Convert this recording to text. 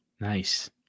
Nice